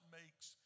makes